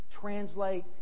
translate